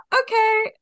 okay